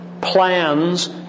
plans